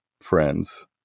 friends